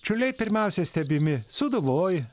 čiurliai pirmiausia stebimi sūduvoj